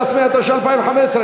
מעניין מי מהלך אימים על מי.